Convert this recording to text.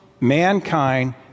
mankind